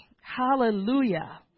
hallelujah